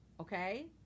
okay